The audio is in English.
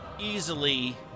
easily